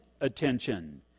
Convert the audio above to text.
attention